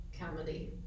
comedy